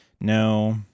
no